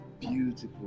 beautiful